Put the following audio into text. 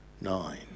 nine